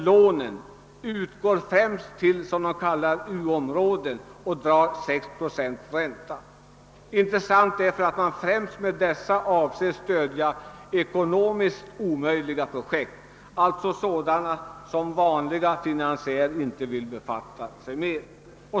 Lån utgår främst till vad man kallar u-områden och drar 6 procents ränta. Dessa lån är intressanta därför att man med dessa avser att stödja ekonomiskt omöjliga projekt, alltså sådana som vanliga finansiärer inte vill befatta sig med.